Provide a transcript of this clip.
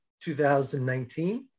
2019